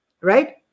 Right